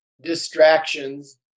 distractions